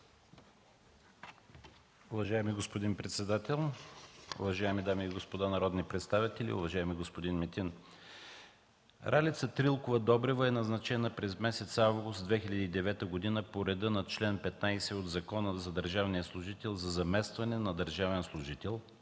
Уважаеми господин председател, уважаеми дами и господа народни представители, уважаеми господин Метин! Ралица Трилкова Добрева е назначена през месец август 2009 г. по реда на чл. 15 от Закона за държавния служител за заместване на държавен служител,